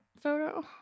photo